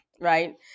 right